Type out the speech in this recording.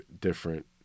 different